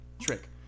trick